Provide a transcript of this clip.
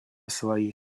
своей